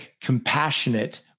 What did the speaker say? compassionate